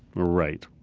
right.